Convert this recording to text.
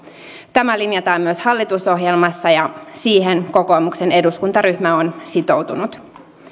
tämä linjataan myös hallitusohjelmassa ja siihen kokoomuksen eduskuntaryhmä on sitoutunut